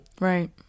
right